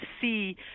see